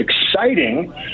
exciting